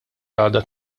għada